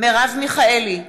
מרב מיכאלי,